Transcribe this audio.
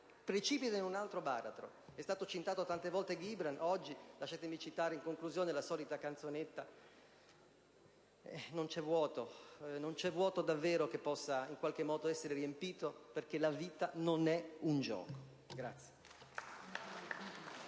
precipitano in un altro baratro. Oggi è stato citato tante volte Gibran, lasciatemi citare in conclusione la solita canzonetta: non c'è vuoto, non c'é vuoto davvero che possa in qualche modo essere riempito, perché la vita non è un gioco.